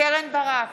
קרן ברק,